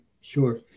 Sure